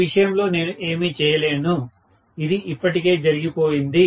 ఈ విషయంలో నేను ఏమీ చేయలేను ఇది ఇప్పటికే జరిగిపోయింది